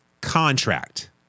contract